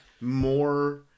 more